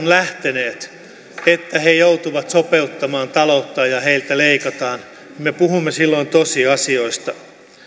lähteneet että he joutuvat sopeuttamaan talouttaan ja heiltä leikataan me puhumme silloin tosiasioista